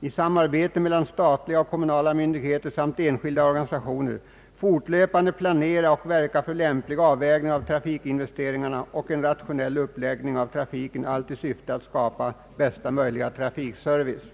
i samarbete mellan statliga och kommunala myndigheter samt enskilda organisationer fortlöpande kan planera och verka för en lämplig avvägning av trafikinvesteringarna och en rationell uppläggning av trafiken, allt i syfte att skapa bästa möjliga trafikservice.